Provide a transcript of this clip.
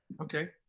Okay